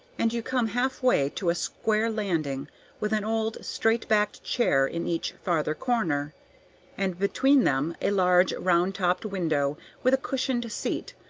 and you come half-way to a square landing with an old straight-backed chair in each farther corner and between them a large, round-topped window, with a cushioned seat,